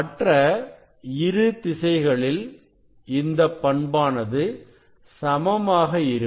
மற்ற இரு திசைகளில் இந்த பண்பானது சமமாக இருக்கும்